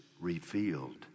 revealed